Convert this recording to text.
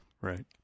Right